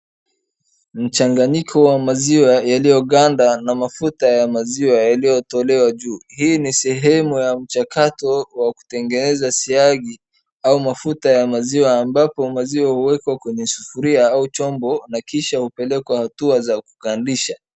Mchanganyiko wa maziwa yaliyoganda na mafuta ya maziwa yaliyotolewa juu. Hii ni sehemu ya mchakato wa kutengeneza syagi au mafuta ya maziwa ambapo maziwa huwekwa kwenye sufuria au chombo na kisha hupelekwa hatua za kukandisha.